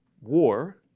war